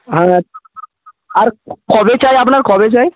হ্যাঁ আর কবে চাই আপনার কবে চাই